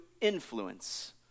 influence